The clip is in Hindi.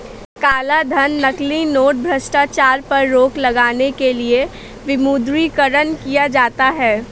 कालाधन, नकली नोट, भ्रष्टाचार पर रोक लगाने के लिए विमुद्रीकरण किया जाता है